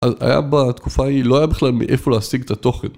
היה בתקופה ההיא, לא היה בכלל מאיפה להשיג את התוכן.